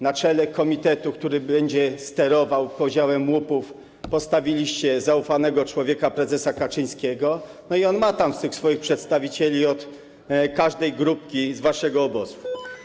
Na czele komitetu, który będzie sterował podziałem łupów, postawiliście zaufanego człowieka prezesa Kaczyńskiego i on ma tam tych swoich przedstawicieli każdej grupki z waszego obozu.